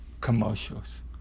commercials